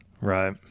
Right